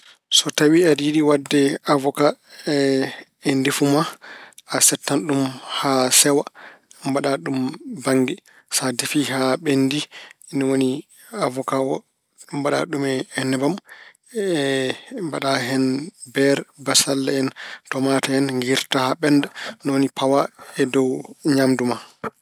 So tawi aɗa yiɗi waɗde awoka e- e ndefu ma, settan ɗum haa sewa, mbaɗa ɗum bannge. Sa defii haa ɓenndi, ni woni awoka o, mbaɗa ɗum e nebbam. Mbaɗa hen beer, bassalle en, tomaate ngiirta haa ɓennda, ni woni pawa e dow ñaamdu ma.